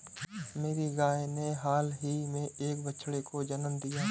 मेरी गाय ने हाल ही में एक बछड़े को जन्म दिया